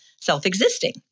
self-existing